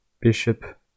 Bishop